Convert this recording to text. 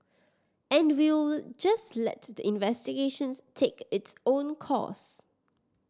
and we'll just let the investigations take its own course